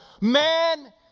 Man